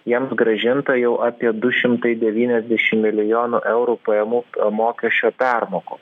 jiems grąžinta jau apie du šimtai devyniasdešim milijonų eurų pajamų mokesčio permokų